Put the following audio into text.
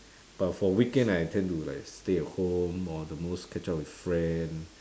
but for weekend I tend to like stay at home or the most catch up with friend